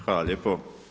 Hvala lijepo.